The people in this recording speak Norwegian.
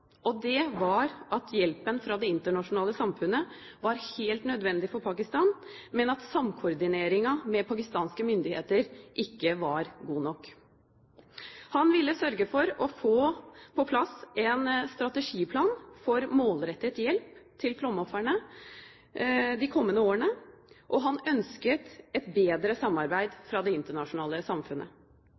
og det var at hjelpen fra det internasjonale samfunnet var helt nødvendig for Pakistan, men at koordineringen med pakistanske myndigheter ikke var god nok. Han ville sørge for å få på plass en strategiplan for målrettet hjelp til flomofrene de kommende årene, og han ønsket et bedre samarbeid fra det internasjonale samfunnet.